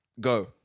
Go